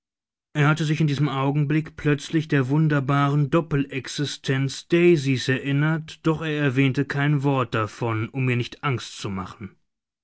er hatte sich in diesem augenblick plötzlich der wunderbaren doppelexistenz daisys erinnert doch er erwähnte kein wort davon um ihr nicht angst zu machen